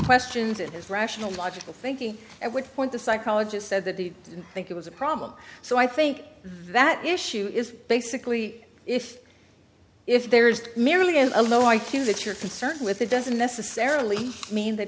questions as rational logical thinking and would want the psychologist said that they think it was a problem so i think that issue is basically if if there's merely a low i q that you're concerned with it doesn't necessarily mean that